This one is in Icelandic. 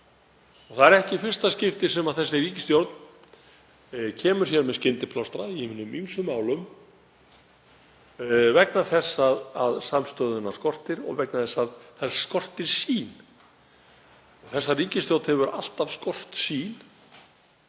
Það er ekki í fyrsta skipti sem þessi ríkisstjórn kemur hér með skyndiplástra í hinum ýmsu málum vegna þess að samstöðuna skortir og vegna þess að það skortir sýn. Þessa ríkisstjórn hefur alltaf skort sýn